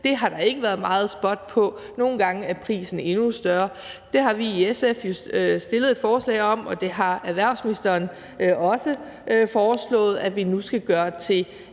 Det har der ikke været meget fokus på. Nogle gange er prisen endnu højere. SF har jo fremsat forslag om og erhvervsministeren har også foreslået, at vi nu skal gøre det